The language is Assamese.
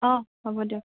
অ' হ'ব দিয়ক